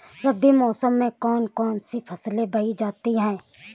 रबी मौसम में कौन कौन सी फसलें बोई जाती हैं?